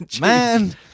Man